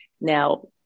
Now